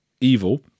evil